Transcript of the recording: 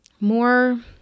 more